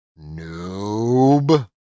Noob